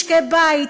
משקי-בית,